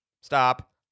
Stop